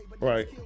right